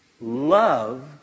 loved